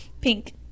pink